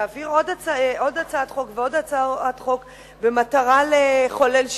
להעביר עוד הצעת חוק ועוד הצעת חוק במטרה לחולל שינויים,